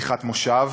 בפתיחת מושב,